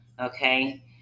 okay